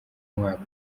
umwaka